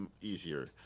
easier